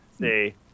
see